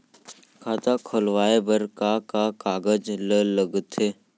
खाता खोलवाये बर का का कागज ल लगथे?